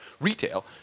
Retail